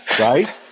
right